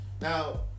Now